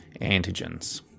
antigens